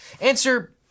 Answer